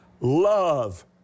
love